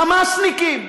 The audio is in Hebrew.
"חמאסניקים".